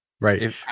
right